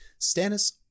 Stannis